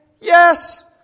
Yes